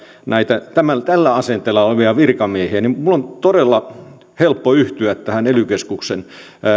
näitä tällä asenteella olevia virkamiehiä varmaankin kunnat sitten tottelevat ja minun on todella helppo yhtyä tähän ely keskuksen